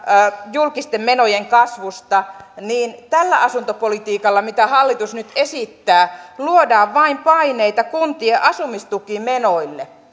julkisten menojen kasvusta niin tällä asuntopolitiikalla mitä hallitus nyt esittää luodaan vain paineita kuntien asumistukimenoille